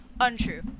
Untrue